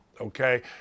Okay